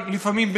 לפעמים,